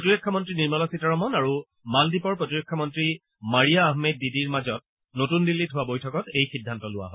প্ৰতিৰক্ষা মন্ত্ৰী নিৰ্মলা সীতাৰমন আৰু মালদ্বীপৰ প্ৰতিৰক্ষা মন্ত্ৰী মাৰিয়া আহমেদ দিদিৰ মাজত নতুন দিল্লীত হোৱা বৈঠকত এই সিদ্ধান্ত লোৱা হয়